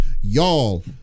Y'all